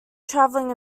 traveling